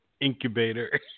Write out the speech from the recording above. incubator